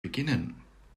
beginnen